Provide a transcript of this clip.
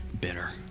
bitter